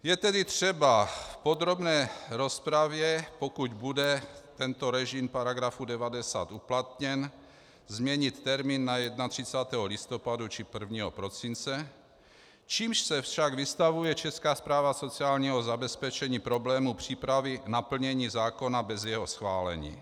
Je tedy třeba v podrobné rozpravě, pokud bude tento režim § 90 uplatněn, změnit termín na 31. listopadu či 1. prosince, čímž se však vystavuje Česká správa sociálního zabezpečení problému přípravy naplnění zákona bez jeho schválení.